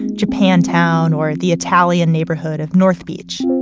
and japantown or the italian neighborhood of north beach.